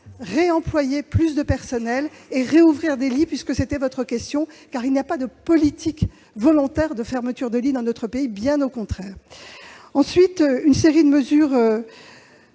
employer plus de personnels et rouvrir des lits. Pour répondre à votre question à ce sujet, il n'y a pas de politique volontaire de fermeture de lits dans notre pays, bien au contraire. Au demeurant, une série de mesures